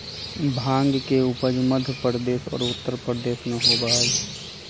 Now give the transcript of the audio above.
भांग के उपज मध्य प्रदेश और उत्तर प्रदेश में होबा हई